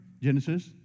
Genesis